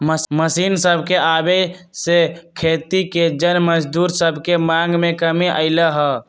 machine सभके आबे से खेती के जन मजदूर सभके मांग में कमी अलै ह